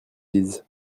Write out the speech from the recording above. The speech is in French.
dise